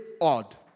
odd